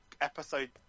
episode